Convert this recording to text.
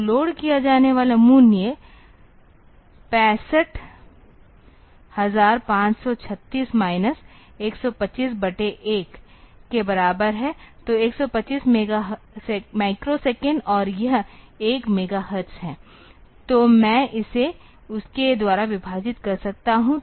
तो लोड किया जाने वाला मान 65536 माइनस 125 बटे 1 के बराबर है तो 125 माइक्रोसेकंड और यह 1 मेगाहर्ट्ज़ है तो मैं इसे उसके द्वारा विभाजित कर सकता हूं